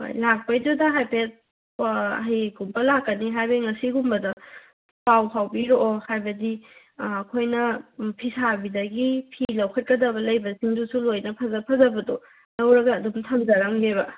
ꯂꯥꯛꯄꯒꯤꯗꯨꯗ ꯍꯥꯏꯐꯦꯠ ꯀꯣ ꯍꯌꯦꯡꯒꯨꯝꯕ ꯂꯥꯛꯀꯅꯤ ꯍꯥꯏꯕꯒꯤ ꯉꯁꯤꯒꯨꯝꯕꯗ ꯄꯥꯎ ꯐꯥꯎꯕꯤꯔꯛꯑꯣ ꯍꯥꯏꯕꯗꯤ ꯑꯩꯈꯣꯏꯅ ꯐꯤꯁꯥꯕꯤꯗꯒꯤ ꯐꯤ ꯂꯧꯈꯠꯀꯗꯕ ꯂꯩꯕꯁꯤꯡꯗꯨꯁꯨ ꯂꯣꯏꯅ ꯐꯖ ꯐꯖꯕꯗꯣ ꯂꯧꯔꯒ ꯑꯗꯨꯝ ꯊꯝꯖꯔꯝꯒꯦꯕ